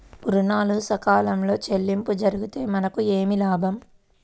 ఋణాలు సకాలంలో చెల్లింపు జరిగితే మనకు ఏమి లాభం?